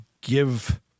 give